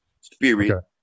Spirit